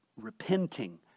Repenting